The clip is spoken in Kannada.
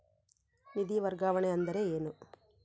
ನಿಧಿ ವರ್ಗಾವಣೆ ಅಂದರೆ ಏನು?